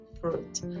fruit